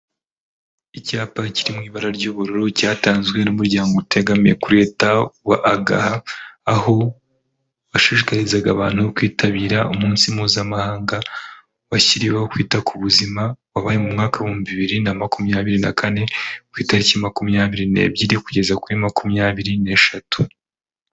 Icyapa kirimo ibara ry'ubururu, cyatanzwe n'umuryango utegamiye kuri leta wa agaha aho washishikarizaga abantu kwitabira umunsi mpuzamahanga washyiriho kwita ku buzima wabaye mu mwaka w'ibihumbi bibiri na makumyabiri n'akane ku itariki makumyabiri n'ebyiri kugeza kuri makumyabiri n'eshatu.